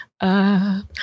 up